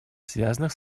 связанных